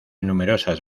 numerosas